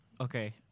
Okay